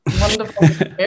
wonderful